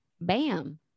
bam